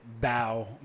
bow